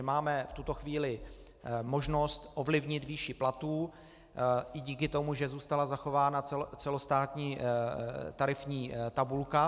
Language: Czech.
Máme tedy v tuto chvíli možnost ovlivnit výši platů i díky tomu, že zůstala zachována celostátní tarifní tabulka.